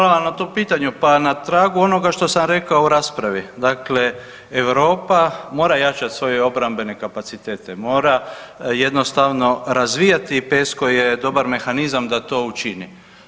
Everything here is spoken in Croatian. Da, hvala vam na tom pitanju, pa na tragu onoga što sam rekao u raspravi, dakle Europa mora jačat svoje obrambene kapacitete, mora jednostavno razvijati, PESCO je dobar mehanizam da to učini.